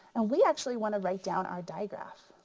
and we actually wanna write down our diagraph,